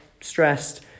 stressed